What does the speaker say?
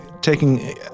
taking